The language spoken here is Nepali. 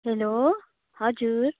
हेलो हजुर